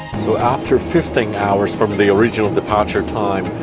so after fifteen hours from the original departure time,